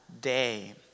day